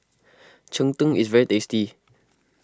Cheng Tng is very tasty